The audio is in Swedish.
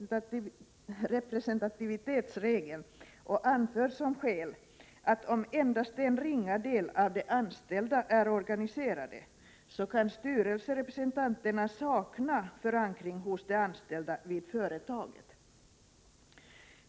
1987/88:46 tetsregeln och anför som skäl att om endast en ringa del av de anställda är 16 december 1987 organiserade, så kan styrelserepresentanterna sakna förankring hos de =, a anställda vid företaget.